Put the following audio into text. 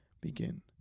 begin